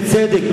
ובצדק.